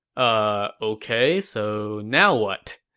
ah, ok, so now what?